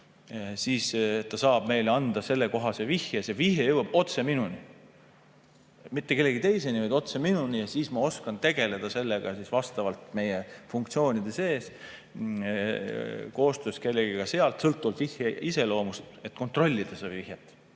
siis ta saab meile anda sellekohase vihje. See vihje jõuab otse minuni, mitte kellegi teiseni, vaid otse minuni, ja siis ma oskan tegeleda sellega vastavalt meie funktsioonide sees koostöös kellegagi sealt sõltuvalt vihje iseloomust, et kontrollida seda vihjet